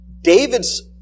David's